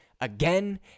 again